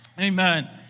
Amen